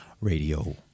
radio